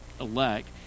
elect